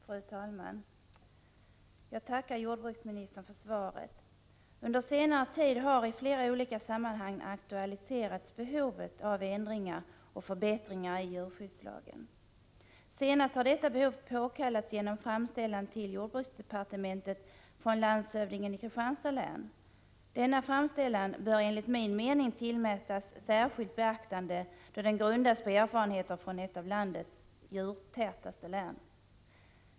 Fru talman! Jag tackar jordbruksministern för svaret. Under senare tid har i flera olika sammanhang aktualiserats behovet av ändringar och förbättringar i djurskyddslagen. Senast har detta behov påtalats genom en framställan till jordbruksdepartementet från landshövdingen i Kristianstads län. Denna framställan bör enligt min mening tillmätas särskilt beaktande, då den grundas på erfarenheter från ett av landets djurtätaste län.